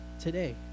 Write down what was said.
today